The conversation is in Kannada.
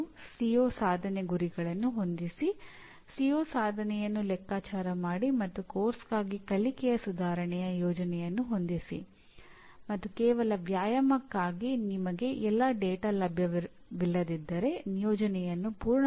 ನೀವು ಏನು ಮಾಡಬೇಕೆಂದರೆ ಈ ಪರಿಣಾಮಗಳ ಮಟ್ಟವನ್ನು ಗುರುತಿಸಿ ಮತ್ತು ಅದರ ವೀಕ್ಷಣೆಯ ಆಧಾರ ಮತ್ತು ಅಳತೆಗೆ ಸಂಬಂಧಿಸಿದಂತೆ ನಿಮ್ಮ ಅಭಿಪ್ರಾಯಗಳನ್ನು ನೀಡಿ